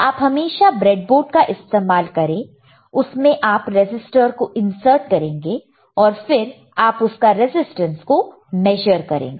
आप हमेशा ब्रेडबोर्ड का इस्तेमाल करेंगे उसमें आप रेसिस्टर को इंसर्ट करेंगे और फिर आप उसका रेसिस्टेंस को मेशर करेंगे